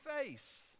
face